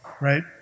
right